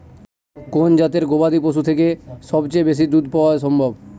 কোন জাতের গবাদী পশু থেকে সবচেয়ে বেশি দুধ পাওয়া সম্ভব?